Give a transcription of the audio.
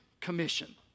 Commission